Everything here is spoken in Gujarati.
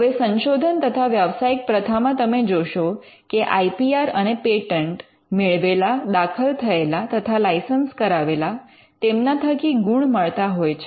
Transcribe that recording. હવે સંશોધન તથા વ્યવસાયિક પ્રથામાં તમે જોશો કે આઈ પી આર અને પેટન્ટ મેળવેલા દાખલ થયેલા તથા લાઇસન્સ કરાવેલા તેમના થકી ગુણ મળતા હોય છે